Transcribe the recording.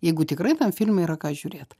jeigu tikrai tam filme yra ką žiūrėt